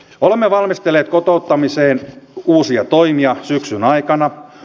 olemme valmistelleet kotouttamiseen uusia toimia syksyn aikana